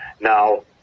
Now